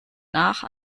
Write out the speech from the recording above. nach